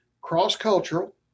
cross-cultural